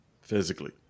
Physically